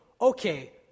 okay